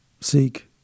Seek